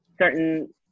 certain